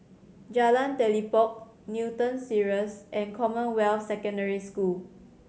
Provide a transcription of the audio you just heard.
Jalan Telipok Newton Cirus and Commonwealth Secondary School